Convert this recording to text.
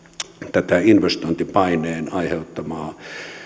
tätä investointipaineen aiheuttamaa